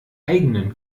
eigenen